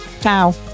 Ciao